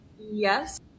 Yes